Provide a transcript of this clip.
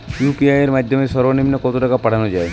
UPI এর মাধ্যমে সর্ব নিম্ন কত টাকা পাঠানো য়ায়?